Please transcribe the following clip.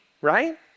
right